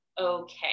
okay